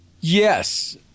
Yes